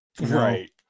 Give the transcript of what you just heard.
Right